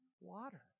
water